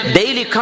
Daily